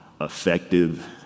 effective